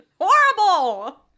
Horrible